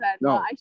no